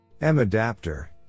M-Adapter